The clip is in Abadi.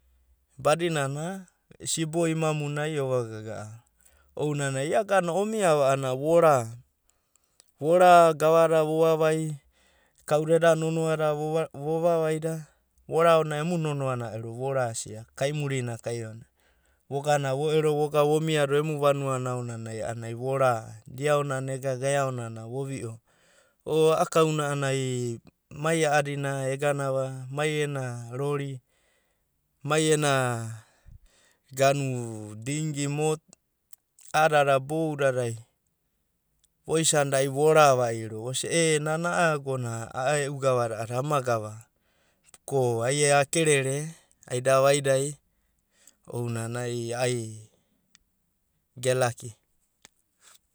Badinana sibo imamunai ova gaga'ava ounanai ia agana omiava a'ana vora. Vora gavada vovavai, kauda eda nonoada vovavaida, voraona emu nonoa na ero vorasia. Kaimurina kaivananai voga vo'ero voga vomiado emu vanuana aonanai a'anai vora diaonanai ega gaeonanai. O a'a kauna a'anai mai a'adina eganava mai ena rori, mai ena dingi moto a'adada boudadai voisanda ai vora va'iro e nana a'a agonai e'u gavada a'ada ama gavako ai akerere ai davaidai ounanai ai gelaki.